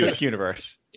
universe